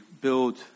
build